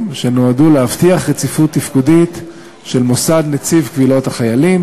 שנועדו להבטיח רציפות תפקודית של מוסד נציב קבילות החיילים